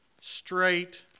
straight